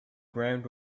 ground